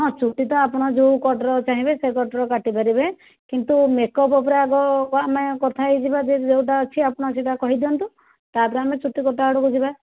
ହଁ ଚୁଟି ତ ଆପଣ ଯେଉଁ କଟ୍ର ଚାହିଁବେ ସେଇ କଟର କାଟିପାରିବେ କିନ୍ତୁ ମେକଅପ୍ ଉପରେ ଆଗ ଆମେ କଥା ହୋଇଯିବା ଯେଉଁଟା ଅଛି ଆପଣ ସେଇଟା କହିଦିଅନ୍ତୁ ତା'ପରେ ଆମେ ଚୁଟି କଟା ଆଡ଼କୁ ଯିବା